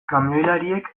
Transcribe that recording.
kamioilariek